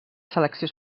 selecció